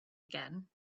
again